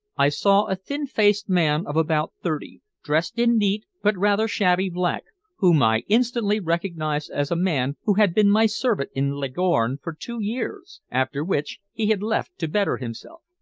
i saw a thin-faced man of about thirty, dressed in neat but rather shabby black, whom i instantly recognized as a man who had been my servant in leghorn for two years, after which he had left to better himself.